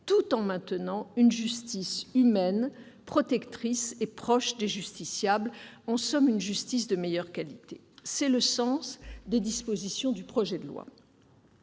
tout en maintenant une justice humaine, protectrice et proche des justiciables, c'est-à-dire une justice de meilleure qualité. Tel est le sens des dispositions du projet de loi.